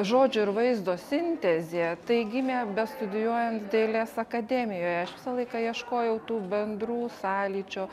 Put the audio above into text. žodžio ir vaizdo sintezė tai gimė bestudijuojant dailės akademijoje aš visą laiką ieškojau tų bendrų sąlyčio